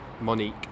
Monique